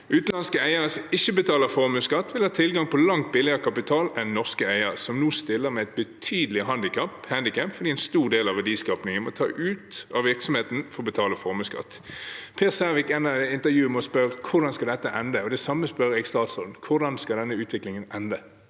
Utenlandske eiere som ikke betaler formuesskatt, vil ha tilgang på langt billigere kapital enn norske eiere som nå stiller med et betydelig handikap fordi en stor del av verdiskapingen må tas ut av virksomheten for å betale formuesskatt. Per Sævik ender intervjuet med å spørre: Hvordan skal dette ende? Det samme spør jeg statsråden: Hvordan skal denne utviklingen ende?